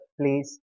Please